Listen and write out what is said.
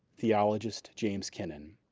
theologist james kennon.